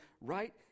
right